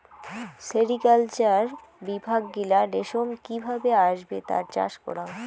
sericulture বিভাগ গিলা রেশম কি ভাবে আসবে তার চাষ করাং